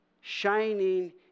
shining